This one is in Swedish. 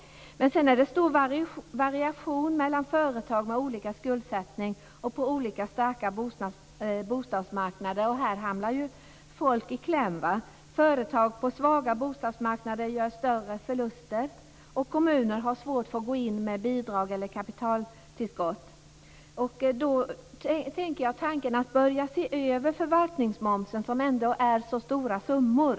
Det är en stor variation mellan företag med olika skuldsättning och mellan olika starka bostadsmarknader, och här hamnar ju folk i kläm. Företag på svaga bostadsmarknader gör större förluster, och kommuner har svårt att gå in med bidrag eller kapitaltillskott. Därför tänker jag tanken att börja se över förvaltningsmomsen som ändå utgör så stora summor.